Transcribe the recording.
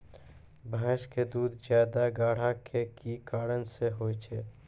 भैंस के दूध ज्यादा गाढ़ा के कि कारण से होय छै?